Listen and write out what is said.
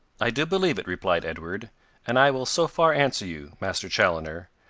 i do believe it, replied edward and i will so far answer you, master chaloner,